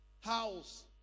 house